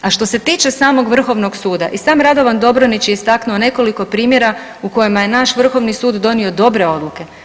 A što se tiče samog Vrhovnog suda i sam Radovan Dobronić je istaknuo nekoliko primjera u kojima je naš Vrhovni sud donio dobre odluke.